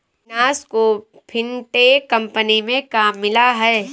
अविनाश को fintech company में काम मिला है